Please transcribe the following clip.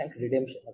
Redemption